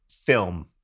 film